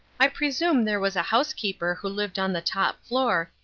i presume there was a housekeeper who lived on the top floor,